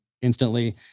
instantly